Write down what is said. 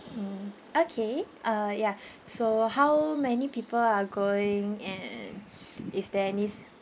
mm okay uh ya so how many people are going and is there any